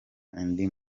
ndi